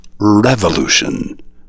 revolution